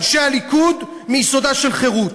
אנשי הליכוד מיסודה של חרות.